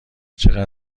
چقدر